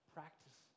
Practice